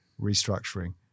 restructuring